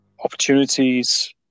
opportunities